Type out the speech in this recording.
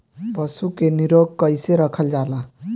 पशु के निरोग कईसे रखल जाला?